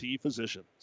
Physicians